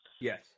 yes